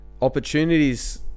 Opportunities